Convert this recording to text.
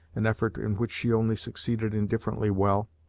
an effort in which she only succeeded indifferently well.